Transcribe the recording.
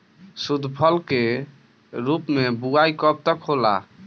शुद्धफसल के रूप में बुआई कब तक होला?